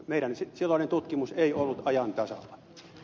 meidän silloinen tutkimuksemme ei ollut ajan tasalla